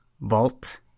vault